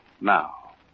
Now